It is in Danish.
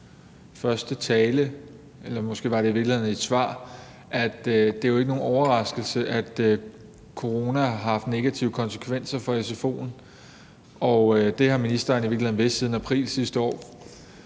første tale, eller måske var det i virkeligheden i et svar, at det jo ikke er nogen overraskelse, at coronaen har haft negative konsekvenser for sfo'en, og det har ministeren i virkeligheden vidst siden april sidste år.